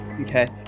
Okay